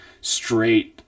straight